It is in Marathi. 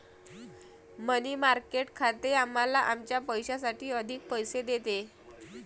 मनी मार्केट खाते आम्हाला आमच्या पैशासाठी अधिक पैसे देते